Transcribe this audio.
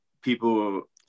people